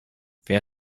wer